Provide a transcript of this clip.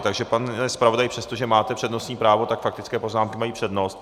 Takže pane zpravodaji, přestože máte přednostní právo, tak faktické poznámky mají přednost.